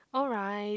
alright